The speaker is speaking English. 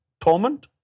torment